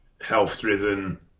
health-driven